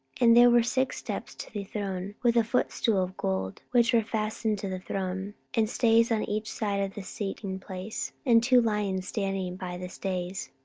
and there were six steps to the throne, with a footstool of gold, which were fastened to the throne, and stays on each side of the sitting place, and two lions standing by the stays